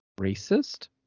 racist